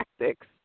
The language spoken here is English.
tactics